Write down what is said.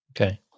Okay